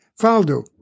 Faldo